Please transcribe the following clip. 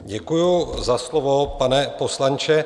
Děkuji za slovo, pane poslanče.